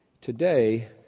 Today